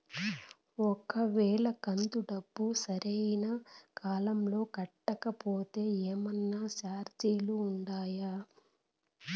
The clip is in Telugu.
ఒక వేళ కంతు డబ్బు సరైన కాలంలో కట్టకపోతే ఏమన్నా చార్జీలు ఉండాయా?